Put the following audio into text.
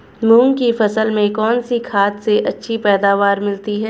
मूंग की फसल में कौनसी खाद से अच्छी पैदावार मिलती है?